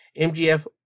MGF